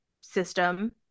system